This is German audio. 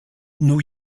new